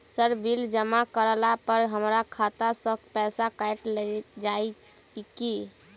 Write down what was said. Sir bill जमा करला पर हमरा खाता सऽ पैसा कैट जाइत ई की?